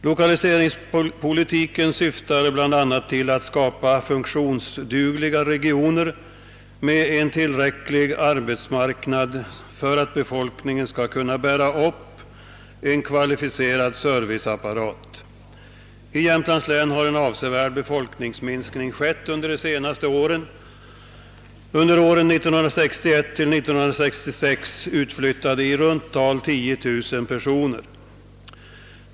Lokaliseringspolitiken syftar bl.a. till att skapa funktionsdugliga regioner med en arbetsmarknad som är tillräcklig för att befolkningen skall kunna bära upp en kvalificerad serviceapparat. I Jämtlands län har en avsevärd befolkningsminskning ägt rum under den senaste tiden; under åren 1961—1966 utflyttade i runt tal 10000 personer.